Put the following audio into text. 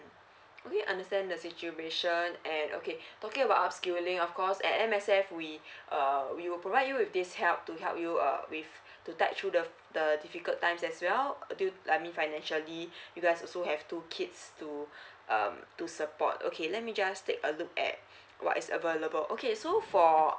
okay understand the situation and okay talking about upscaling of course at M_S_F we uh we will provide you with this help to help you uh with to the the difficult times as well financially you guys also have two kids to um to support okay let me just take a look at what is available okay so for